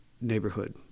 neighborhood